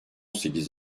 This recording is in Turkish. sekiz